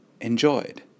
enjoyed